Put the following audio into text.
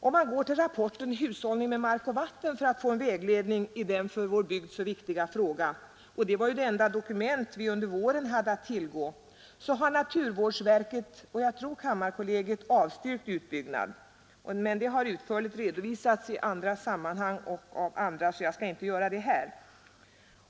Om man går till rapporten Hushållning med mark och vatten för att få en vägledning i den för vår bygd så viktiga frågan — den var ju det enda dokument vi under våren hade att tillgå — ser man att naturvårdsverket och tror jag, kammarkollegiet har avstyrkt utbyggnad. Det har utförligt redovisats i andra sammanhang och av andra talare, så jag skall inte göra det här.